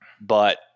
but-